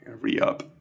re-up